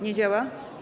Nie działa?